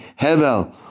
Hevel